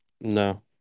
No